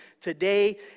Today